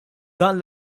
dan